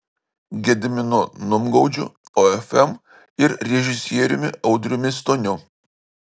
gediminu numgaudžiu ofm ir režisieriumi audriumi stoniu